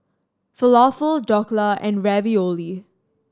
Falafel Dhokla and Ravioli